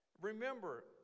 Remember